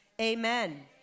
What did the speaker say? Amen